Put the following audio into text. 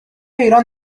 ایران